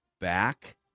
back